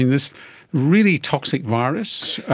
this really toxic virus,